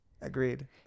Agreed